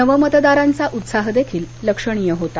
नवमतदारांचा उत्साह देखील लक्षणीय होता